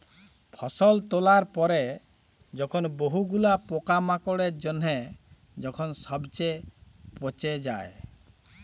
ফসল তোলার পরে যখন বহু গুলা পোকামাকড়ের জনহে যখন সবচে পচে যায়